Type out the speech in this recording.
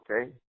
okay